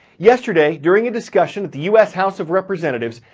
yesterday, during a discussion with the u s. house of representatives,